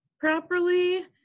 properly